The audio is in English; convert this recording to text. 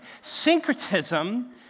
Syncretism